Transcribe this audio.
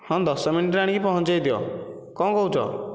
ହଁ ଦଶ ମିନିଟ୍ ରେ ଆଣିକି ପହଞ୍ଚେଇଦିଅ କ'ଣ କହୁଛ